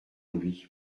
lui